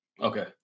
okay